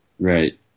Right